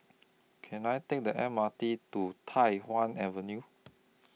Can I Take The M R T to Tai Hwan Avenue